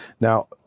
Now